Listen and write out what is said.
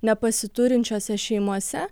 nepasiturinčiose šeimose